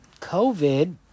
COVID